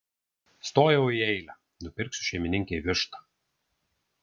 stojau į eilę nupirksiu šeimininkei vištą